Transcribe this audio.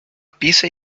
pisa